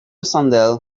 sandals